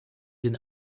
den